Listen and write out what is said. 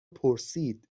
پرسید